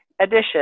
edition